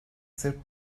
sırp